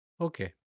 Okay